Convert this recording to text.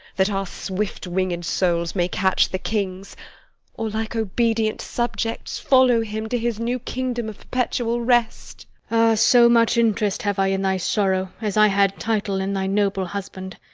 that our swift-winged souls may catch the king's or, like obedient subjects, follow him to his new kingdom of perpetual rest so much interest have i in thy sorrow as i had title in thy noble husband!